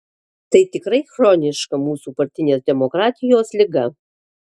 tai tikrai chroniška mūsų partinės demokratijos liga